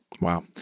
Wow